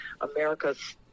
America's